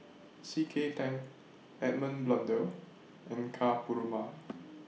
C K Tang Edmund Blundell and Ka Perumal